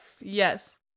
Yes